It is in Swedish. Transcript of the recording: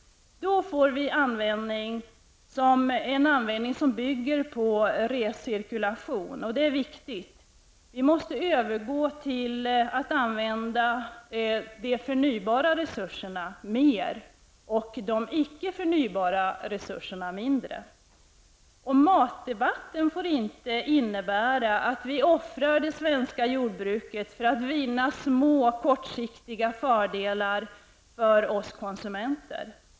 Då får vi en användning som bygger på recirkulation, och det är viktigt. Vi måste övergå till att använda de förnybara resurserna mer och de icke förnybara resurserna mindre. Matdebatten får inte innebära att vi offrar det svenska jordbruket för att vinna små och kortsiktiga fördelar för oss konsumenter.